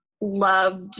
loved